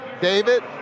David